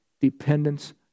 dependence